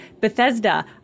Bethesda